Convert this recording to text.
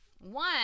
One